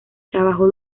trabajó